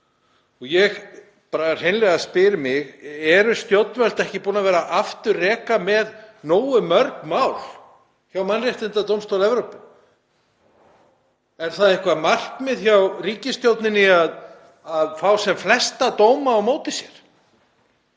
Evrópu. Ég hreinlega spyr mig: Hafa stjórnvöld ekki verið gerð afturreka með nógu mörg mál hjá Mannréttindadómstól Evrópu? Er það eitthvert markmið hjá ríkisstjórninni að fá sem flesta dóma á móti sér?